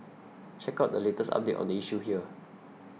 check out the latest update on the issue here